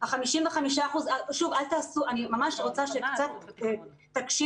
אני ממש רוצה שקצת תקשיבו,